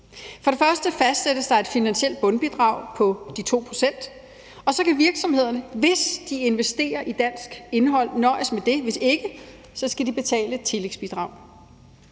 For det første fastsættes der et finansielt bundbidrag på de 2 pct., og så kan virksomhederne, hvis de investerer i dansk indhold, nøjes med det; hvis ikke, skal de betale et tillægsbidrag.